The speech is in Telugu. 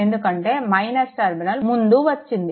ఎందుకంటే టర్మినల్ ముందు వచ్చింది